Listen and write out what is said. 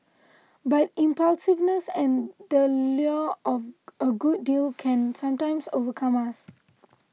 but impulsiveness and the lure of a good deal can sometimes overcome us